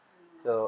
ya